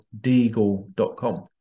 deagle.com